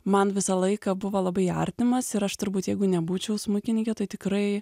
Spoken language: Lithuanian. man visą laiką buvo labai artimas ir aš turbūt jeigu nebūčiau smuikinikė tai tikrai